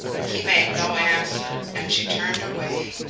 he made no answer, and she turned away,